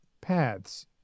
paths